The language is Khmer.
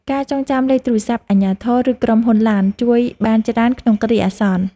ការចងចាំលេខទូរស័ព្ទអាជ្ញាធរ ឬក្រុមហ៊ុនឡាន ជួយបានច្រើនក្នុងគ្រាអាសន្ន។